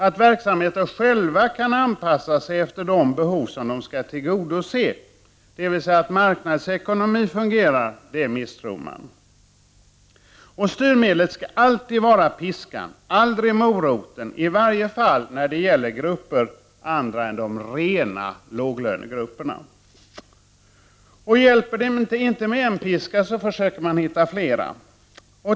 Att verksamheter själva kan anpassa sig efter de behov som de skall tillgodose, dvs. att marknadsekonomin fungerar, misstror man. Styrmedlet skall alltid vara piskan — aldrig moroten — i varje fall när det gäller andra grupper än de rena låglönegrupperna. Hjälper det inte med en piska, så försöker man hitta flera.